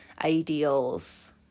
ideals